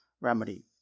remedy